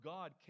God